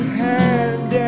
hand